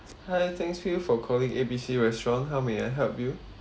hi thanks feel for calling A_B_C restaurant how may I help you